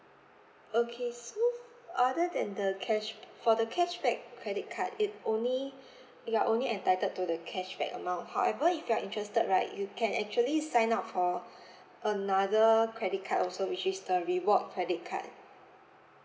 okay so other than the cash for the cashback credit card it only you're only entitled to the cashback amount however if you are interested right you can actually sign up for another credit card also which is the reward credit card